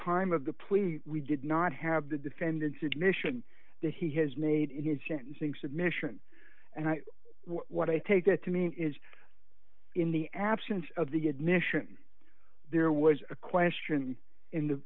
time of the plea we did not have the defendant's admission that he has made his sentencing submission and i what i take it to mean is in the absence of the admission there was a question in the